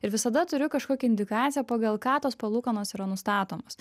ir visada turiu kažkokį indikaciją pagal ką tos palūkanos yra nustatomos